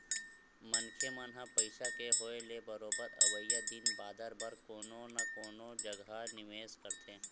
मनखे मन ह पइसा के होय ले बरोबर अवइया दिन बादर बर कोनो न कोनो जघा निवेस करथे